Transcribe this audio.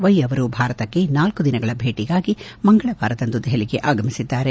Y ಅವರು ಭಾರತಕ್ಕೆ ನಾಲ್ಕು ದಿನಗಳ ಭೇಟಿಗಾಗಿ ಮಂಗಳವಾರದಂದು ದೆಹಲಿಗೆ ಆಗಮಿಸಿದ್ದಾರೆ